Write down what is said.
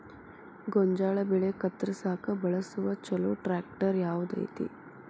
ಗೋಂಜಾಳ ಬೆಳೆ ಕತ್ರಸಾಕ್ ಬಳಸುವ ಛಲೋ ಟ್ರ್ಯಾಕ್ಟರ್ ಯಾವ್ದ್ ಐತಿ?